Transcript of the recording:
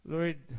Lord